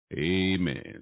amen